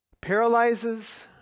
paralyzes